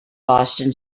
boston